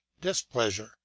displeasure